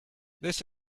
this